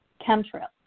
chemtrails